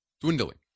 dwindling